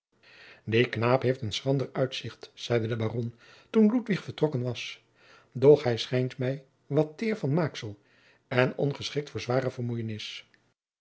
die knaap heeft een schrander uitzicht zeide de baron toen ludwig vertrokken was doch hij schijnt mij wat teêr van maaksel en ongeschikt voor zware vermoeienis